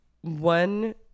One